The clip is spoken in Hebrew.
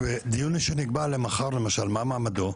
דיון שנקבע למחר, מה מעמדו?